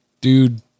dude